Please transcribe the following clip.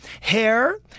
hair